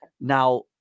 Now